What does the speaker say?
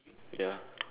ya